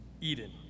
Eden